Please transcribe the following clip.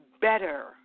better